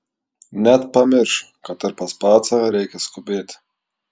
net pamiršo kad ir pas pacą reikia skubėti